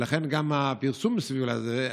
ולכן גם הפרסום מסביב לזה,